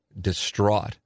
distraught